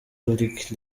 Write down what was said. lick